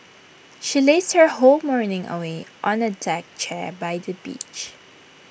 she lazed her whole morning away on A deck chair by the beach